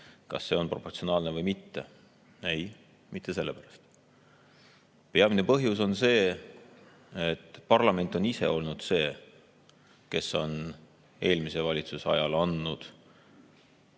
on proportsionaalne või mitte. Ei, mitte sellepärast. Peamine põhjus on see, et parlament on ise olnud see, kes on eelmise valitsuse ajal –